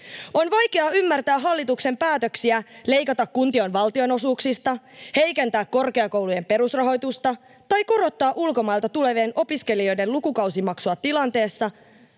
On vaikeaa ymmärtää hallituksen päätöksiä leikata kuntien valtionosuuksista, heikentää korkeakoulujen perusrahoitusta tai korottaa ulkomailta tulevien opiskelijoiden lukukausimaksuja tilanteessa,